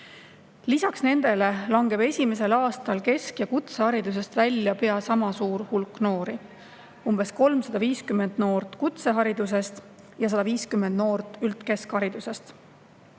Lisaks nendele langeb esimesel aastal kesk- ja kutseharidusest välja pea sama suur hulk noori: umbes 350 noort kutseharidusest ja 150 noort üldkeskharidusest.